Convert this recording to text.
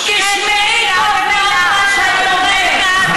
את מגינה על אסד, על